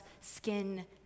skin